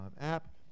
app